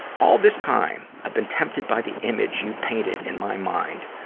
all this time, i've been tempted by the image you painted in my mind,